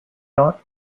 not